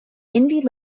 indie